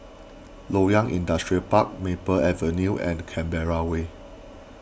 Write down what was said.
Loyang Industrial Park Maple Avenue and Canberra Way